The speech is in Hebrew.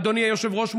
אדוני היושב-ראש,